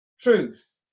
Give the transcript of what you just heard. Truth